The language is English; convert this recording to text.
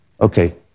Okay